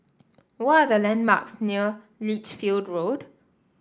what are the landmarks near Lichfield Road